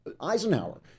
Eisenhower